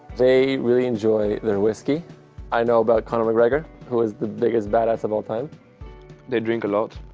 they really enjoy their whisky i know about connon mcgregor who is the biggest badass of all time they drink a lot.